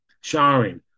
showering